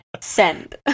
Send